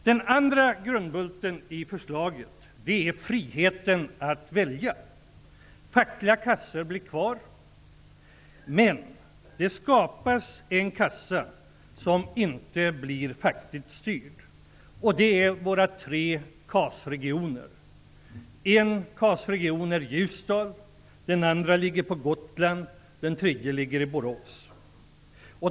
Den andra grundbulten i förslaget är friheten att välja. Fackliga kassor blir kvar, men det skapas en kassa som inte blir fackligt styrd. Våra tre KAS regioner är grunden för denna kassa. En KAS kassa finns i Ljusdal, den andra på Gotland och den tredje i Borås.